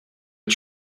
are